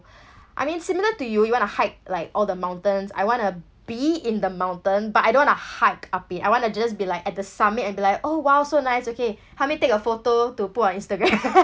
I mean similar to you you wanna hike like all the mountains I wanna be in the mountain but I don't wanna hike up it I wanna just be like at the summit and be like oh !wow! so nice okay help me take a photo to put on instagram